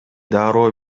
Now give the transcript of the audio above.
дароо